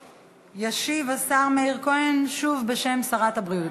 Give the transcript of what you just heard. ישיב השר מאיר כהן, שוב, בשם שרת הבריאות.